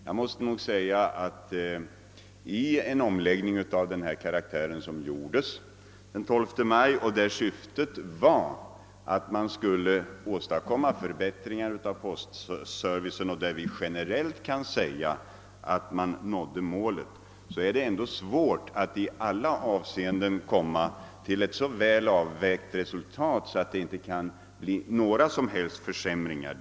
Jag vill framhålla att det vid en omläggning som den som gjordes den 12 maj förra året, där syftet var att åstadkomma förbättringar av postservicen och där vi generellt sett nådde målet, är det svårt att avväga resultatet så väl, att det inte blir några som helst försämringar.